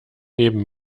neben